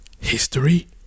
history